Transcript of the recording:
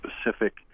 specific